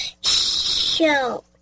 Show